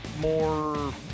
more